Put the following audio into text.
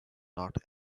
not